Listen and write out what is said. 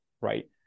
right